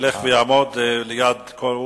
שיעמוד ליד כל,